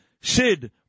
Sid